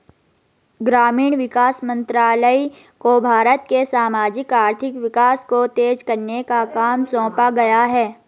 ग्रामीण विकास मंत्रालय को भारत के सामाजिक आर्थिक विकास को तेज करने का काम सौंपा गया है